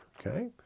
Okay